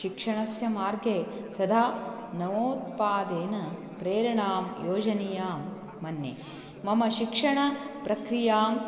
शिक्षणस्य मार्गे सदा नवोत्पादेन प्रेरणां योजनीयां मन्ये मम शिक्षणप्रक्रियाम्